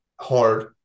hard